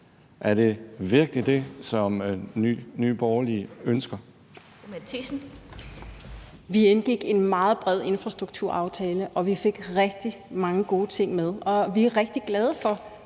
Fru Mette Thiesen. Kl. 15:07 Mette Thiesen (NB): Vi indgik i en meget bred infrastrukturaftale, og vi fik rigtig mange gode ting med. Vi er rigtig glade for